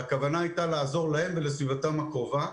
הכוונה הייתה לעזור להם ולסביבתם הקרובה,